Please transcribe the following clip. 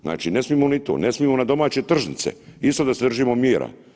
Znači ne smimo ni to, ne smijemo na domaće tržnice isto da se držimo mjera.